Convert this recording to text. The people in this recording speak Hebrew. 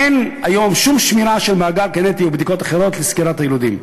אין היום שום שמירה של מאגר גנטי או בדיקות אחרות לסקירת היילודים,